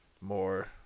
more